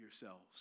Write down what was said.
yourselves